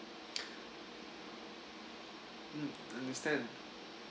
mm understand